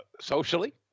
socially